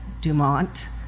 Dumont